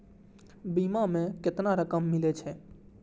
बीमा में केतना रकम मिले छै?